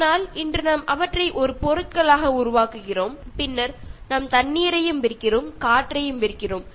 ஆனால் இன்று நாம் அவற்றை ஒரு பொருட்களாக உருவாக்குகிறோம் பின்னர் நாம் தண்ணீரையும் விற்கிறோம் காற்றையும் விற்கிறோம்